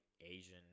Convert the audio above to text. Asian